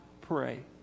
pray